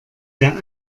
der